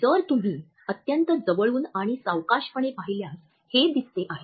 जर तुम्ही अत्यंत जवळून आणि सावकाशपणे पाहिल्यास हे असे दिसते आहे